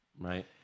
Right